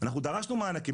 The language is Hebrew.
אנחנו דרשנו מענקים,